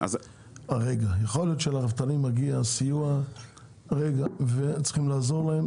יכול להיות שלרפתנים מגיע סיוע וצריכים לעזור להם,